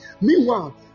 Meanwhile